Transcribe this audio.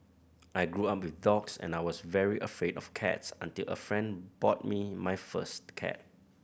I grew up with dogs and I was very afraid of cats until a friend bought me my first cat